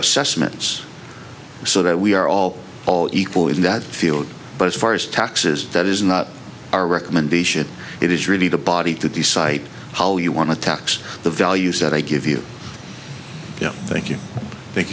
assessment it's so that we are all all equal in that field but as far as taxes that is not our recommendation it is really the body that the site how you want to tax the values that i give you thank you thank